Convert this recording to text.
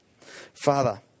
Father